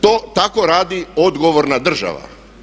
To tako radi odgovorna država.